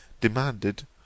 demanded